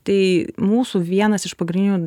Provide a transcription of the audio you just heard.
tai mūsų vienas iš pagrindinių